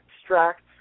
extracts